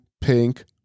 pink